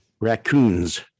Raccoons